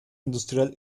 industrial